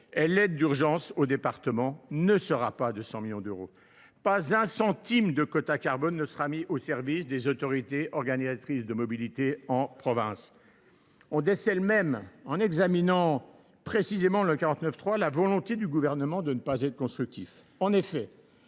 et l’aide d’urgence aux départements ne sera pas de 100 millions d’euros. Pas un centime de quota carbone ne sera mis au service des autorités organisatrices de la mobilité de province. On décèle même, en examinant précisément le 49.3, une volonté du Gouvernement de ne pas être constructif.